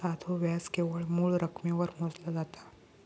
साधो व्याज केवळ मूळ रकमेवर मोजला जाता